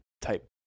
type